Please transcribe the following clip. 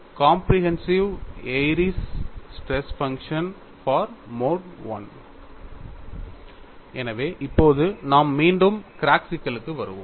comprehensive Airy's stress function mode I Comprehensive Airy's stress function for Mode I எனவே இப்போது நாம் மீண்டும் crack சிக்கலுக்கு வருவோம்